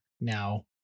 now